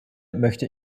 möchte